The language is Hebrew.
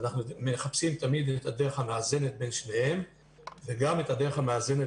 ואנחנו תמיד מחפשים את הדרך המאזנת בין שניהם וגם את הדרך המאזנת